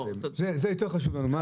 זה יותר חשוב לנו.